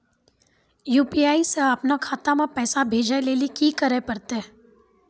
UPI से अपनो खाता मे पैसा भेजै लेली कि करै पड़तै?